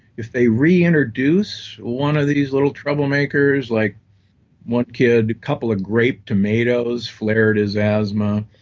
if they reintroduce one of these little troublemakers, like one kid, couple of grape tomatoes flared his asthma.